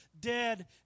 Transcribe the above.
dead